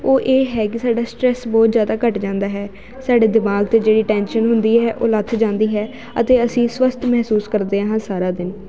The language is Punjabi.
ਉਹ ਇਹ ਹੈ ਕਿ ਸਾਡਾ ਸਟਰੈਸ ਬਹੁਤ ਜ਼ਿਆਦਾ ਘੱਟ ਜਾਂਦਾ ਹੈ ਸਾਡੇ ਦਿਮਾਗ 'ਤੇ ਜਿਹੜੀ ਟੈਨਸ਼ਨ ਹੁੰਦੀ ਹੈ ਉਹ ਲੱਥ ਜਾਂਦੀ ਹੈ ਅਤੇ ਅਸੀਂ ਸਵੱਸਥ ਮਹਿਸੂਸ ਕਰਦੇ ਹਾਂ ਸਾਰਾ ਦਿਨ